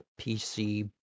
PC